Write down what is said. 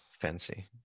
fancy